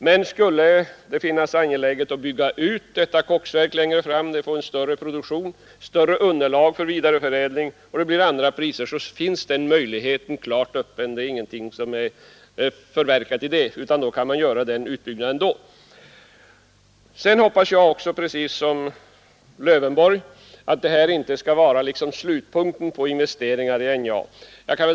Men skulle det befinnas angeläget att bygga ut koksverket längre fram och det därmed blir större underlag för vidareförädling och även andra priser — så finns den möjligheten klart öppen. Ingenting är förverkat, utan man kan göra den utbyggnaden då. Sedan hoppas jag också precis som herr Lövenborg att det här inte skall vara slutpunkten i fråga om investeringar i NJA.